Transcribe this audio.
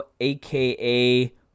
AKA